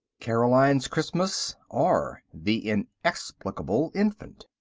caroline's christmas or, the inexplicable infant